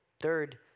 Third